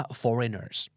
foreigners